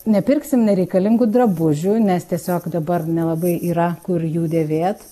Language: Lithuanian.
nepirksim nereikalingų drabužių nes tiesiog dabar nelabai yra kur jų dėvėt